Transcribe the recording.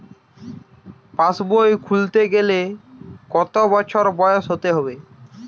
পাশবই খুলতে গেলে কত বছর বয়স হতে হবে?